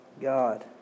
God